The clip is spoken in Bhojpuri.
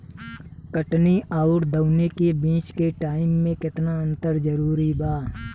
कटनी आउर दऊनी के बीच के टाइम मे केतना अंतर जरूरी बा?